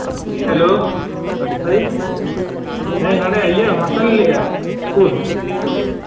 ᱦᱳᱞᱳ ᱱᱚᱰᱮ ᱢᱟᱥᱴᱟᱨ ᱞᱤᱧ ᱞᱟᱹᱭᱮᱫᱼᱟ ᱥᱠᱩᱞ